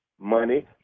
money